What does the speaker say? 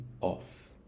off